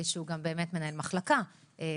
שהוא גם באמת מנהל מחלקה בגהה,